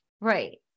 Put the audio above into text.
Right